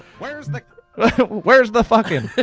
where's the where's the fuckin'?